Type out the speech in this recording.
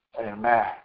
Amen